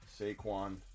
Saquon